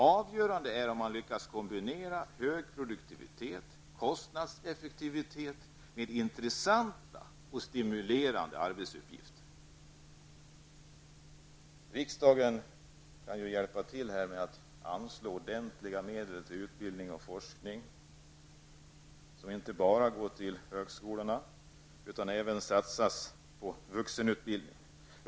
Avgörande är om man lyckas kombinera hög produktivitet och kostnadseffektivitet med intressanta och stimulerande arbetsuppgifter. Riksdagen kan här hjälpa till genom att anslå ordentliga medel till utbildning och forskning. Dessa bör inte bara gå till högskolorna, utan även satsas på vuxenutbildning.